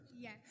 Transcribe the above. Yes